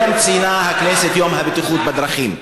היום ציינה הכנסת את יום הבטיחות בדרכים,